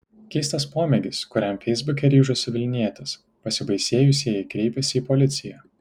keistas pomėgis kuriam feisbuke ryžosi vilnietis pasibaisėjusieji kreipėsi į policiją